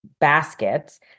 baskets